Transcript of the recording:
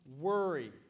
worry